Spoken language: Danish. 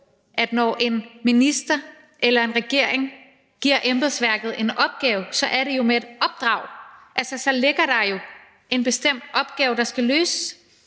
at når en minister eller en regering giver embedsværket en opgave, er det jo med et opdrag. Altså, så ligger der jo en bestemt opgave, der skal løses.